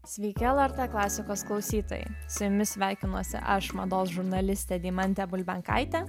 sveiki lrt klasikos klausytojai su jumis sveikinuosi aš mados žurnalistė deimantė bulbenkaitė